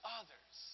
others